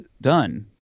done